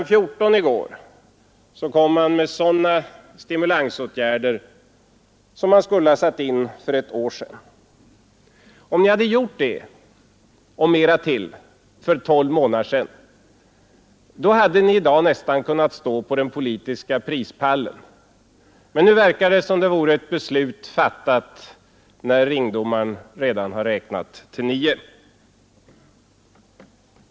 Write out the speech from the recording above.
14 i går föreslog man sådana stimulansåtgärder som man skulle ha satt in för ett år sedan. Om ni hade gjort det och mera till för tolv månader sedan, hade ni i dag nästan kunnat stå på den politiska prispallen. Men nu verkar det som om det vore ett beslut fattat när ringdomaren redan har räknat till nio.